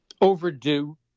overdue